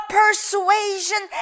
persuasion